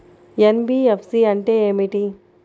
NBFC అంటే ఏమిటి?